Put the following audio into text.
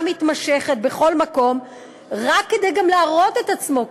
מתמשכת בכל מקום רק כדי להראות את עצמו,